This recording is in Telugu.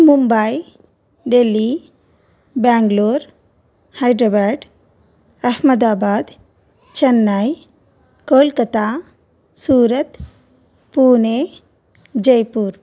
ముంబై ఢిల్లీ బెంగళూరు హైదరాబాదు అహ్మదాబాదు చెన్నై కోల్కతా సూరత్ పూణే జైపూర్